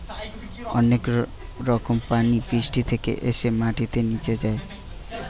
অনেক রকম পানি বৃষ্টি থেকে এসে মাটিতে নিচে যায়